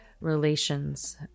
relations